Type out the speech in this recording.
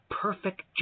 perfect